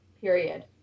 period